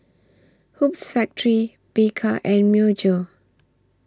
Hoops Factory Bika and Myojo